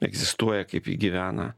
egzistuoja kaip ji gyvena